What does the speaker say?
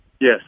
Yes